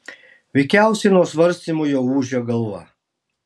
veikiausiai nuo svarstymų jau ūžia galva